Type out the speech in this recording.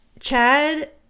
Chad